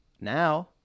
Now